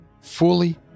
fully